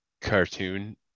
cartoon